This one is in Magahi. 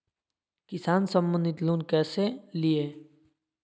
किसान संबंधित लोन कैसै लिये?